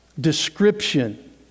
description